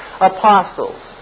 apostles